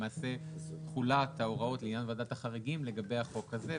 למעשה תכולת ההוראות לעניין ועדת החריגים לגבי החוק הזה,